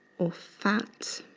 or fat